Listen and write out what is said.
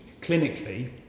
clinically